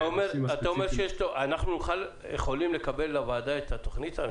אנחנו יכולים לקבל לוועדה את התוכנית?